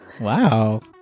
Wow